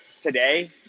today